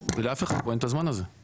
ולאף אחד פה אין את הזמן הזה.